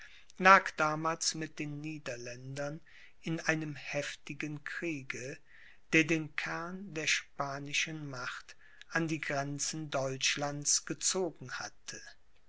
lag damals mit den niederländern in einem heftigen kriege der den kern der spanischen macht an die grenzen deutschlands gezogen hatte